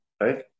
right